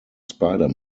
spider